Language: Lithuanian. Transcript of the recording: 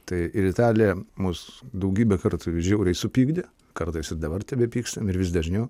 tai ir italija mus daugybę kartų žiauriai supykdė kartais ir dabar tebepykstam ir vis dažniau